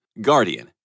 Guardian